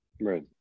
right